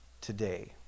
today